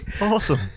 awesome